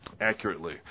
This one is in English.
accurately